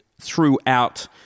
throughout